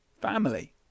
family